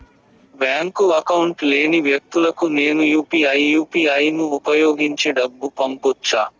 Bank account లేని వ్యక్తులకు నేను యు పి ఐ యు.పి.ఐ ను ఉపయోగించి డబ్బు పంపొచ్చా?